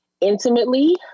intimately